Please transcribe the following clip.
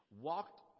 walked